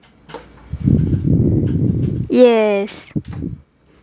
yes